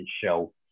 show